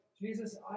Jesus